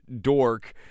dork